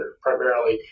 primarily